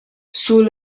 sul